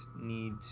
need